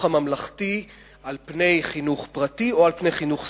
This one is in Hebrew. הממלכתי על פני חינוך פרטי או על פני חינוך סקטוריאלי.